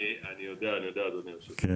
אני יודע אדוני היושב ראש.